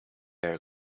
air